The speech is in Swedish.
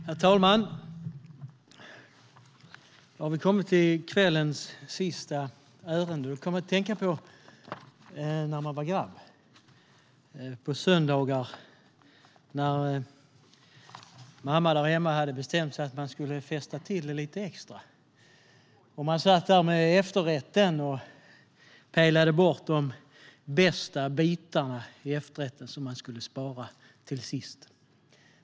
Herr talman! Då har vi kommit till kvällens sista ärende. Jag kommer att tänka på när jag var grabb. På söndagar, när mamma hade bestämt att vi skulle göra det extra festligt, satt man där och pillade bort de bästa bitarna ur efterrätten, dem som man skulle spara till sist.